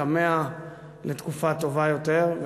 כמה לתקופה טובה יותר.